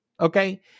Okay